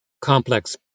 complex